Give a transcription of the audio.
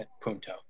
Punto